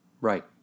right